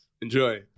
Enjoy